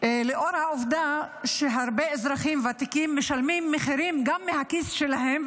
לנוכח העובדה שהרבה אזרחים ותיקים משלמים מחירים גם מהכיס שלהם,